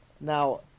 Now